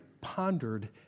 pondered